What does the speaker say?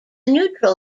neutral